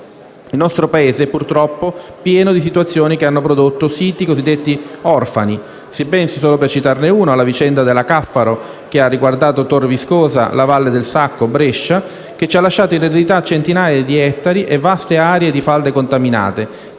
Il nostro Paese è, purtroppo, pieno di situazioni che hanno prodotto siti cosiddetti «orfani»: si pensi, solo per citarne uno, alla vicenda della Caffaro, che ha riguardato Torviscosa, la Valle del Sacco, Brescia, che ci ha lasciato in eredità centinaia di ettari e vaste aree di falde contaminate,